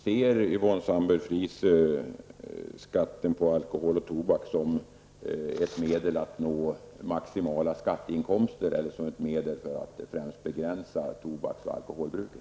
Ser Yvonne Sandberg Fries skatten på alkohol och tobak som ett medel att få maximala skatteinkomster eller som det främsta medlet för att begränsa tobaks och alkoholbruket?